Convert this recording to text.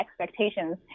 expectations